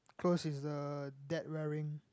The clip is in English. clothes is the dad wearing